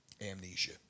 amnesia